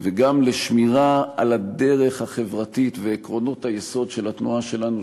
וגם לשמירה על הדרך החברתית ועקרונות היסוד של התנועה שלנו,